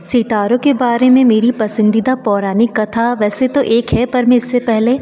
सितारों के बारे में मेरी पसंदीदा पौराणिक कथा वैसे तो एक है पर में इससे पेहले